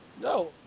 No